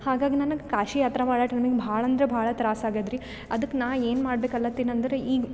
ಹಾಗಾಗಿ ನನಗೆ ಕಾಶಿ ಯಾತ್ರೆ ಮಾಡೋ ಟೈಮಿಗೆ ಭಾಳ ಅಂದರೆ ಭಾಳ ತ್ರಾಸ ಆಗ್ಯಾದ ರೀ ಅದ್ಕೆ ನಾ ಏನು ಮಾಡ್ಬೇಕು ಅಲ್ಲಾತೀನಿ ಅಂದ್ರೆ ಈಗ